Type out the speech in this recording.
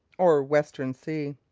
or western sea,